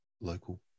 local